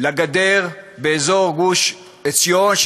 לגדר באזור גוש-עציון,